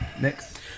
Next